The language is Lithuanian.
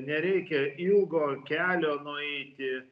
nereikia ilgo kelio nueiti